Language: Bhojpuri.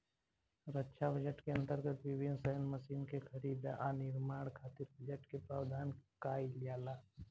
रक्षा बजट के अंतर्गत विभिन्न सैन्य मशीन के खरीद आ निर्माण खातिर बजट के प्रावधान काईल जाला